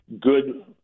good –